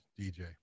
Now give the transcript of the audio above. DJ